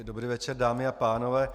Dobrý večer, dámy a pánové.